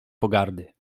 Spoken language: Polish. pogardy